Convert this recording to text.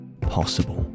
possible